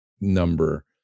number